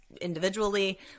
individually